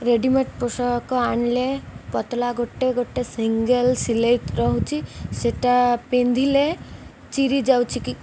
readymade ପୋଷାକ ଆଣିଲେ ପତଳା ଗୋଟେ ଗୋଟେ ସିଙ୍ଗଲ୍ ସିଲେଇ ରହୁଛି ସେଟା ପିନ୍ଧିଲେ ଚିରି ଯାଉଛି କି